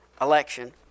election